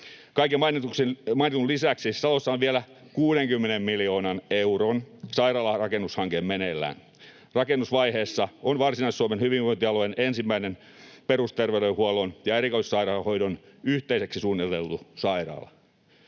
Kaiken mainitun lisäksi Salossa on vielä 60 miljoonan euron sairaalarakennushanke meneillään. Rakennusvaiheessa on Varsinais-Suomen hyvinvointialueen ensimmäinen perusterveydenhuollon ja erikoissairaanhoidon yhteiseksi suunniteltu sairaala.